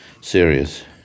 serious